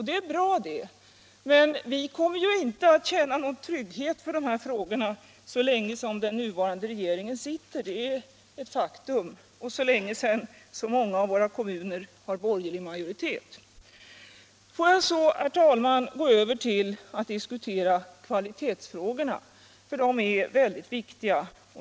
Det är bra, men vi kommer inte att känna någon trygghet för dessa frågor så länge den nuvarande regeringen sitter — det är ett faktum — och så länge så många av landets kommuner har borgerlig majoritet. Får jag så, herr talman, gå över till att diskutera kvalitetsfrågorna, för de är väldigt viktiga.